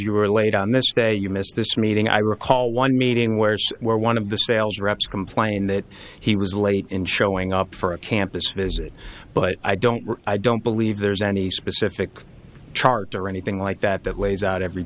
are late on this day you missed this meeting i recall one meeting where one of the sales reps complained that he was late in showing up for a campus visit but i don't i don't believe there's any specific chart or anything like that that lays out every